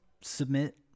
submit